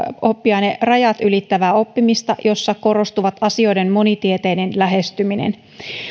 oppiainerajat ylittävää oppimista jossa korostuu asioiden monitieteinen lähestyminen